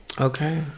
okay